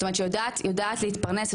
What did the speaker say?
שיודעת להתפרנס,